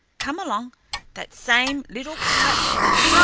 come along that same little quiet corner.